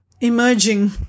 emerging